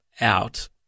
out